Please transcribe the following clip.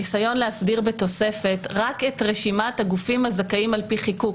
הניסיון להסדיר בתוספת רק את רשימת הגופים הזכאים על פי חיקוק,